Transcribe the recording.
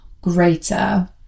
greater